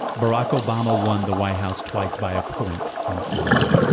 barack obama won the white house twice by a point in florida.